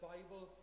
Bible